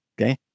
Okay